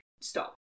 stop